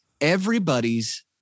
everybody's